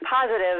positive